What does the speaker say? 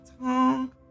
tongue